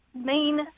main